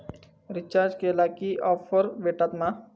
Recharge केला की offers भेटात मा?